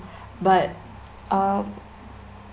but uh